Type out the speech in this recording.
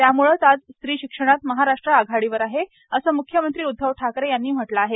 त्यामुळेच आज स्त्री शिक्षणात महाराष्ट्र आघाडीवर आहे असं मुख्यमंत्री उद्वव ठाकरे यांनी म्हटलं आहे